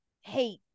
hate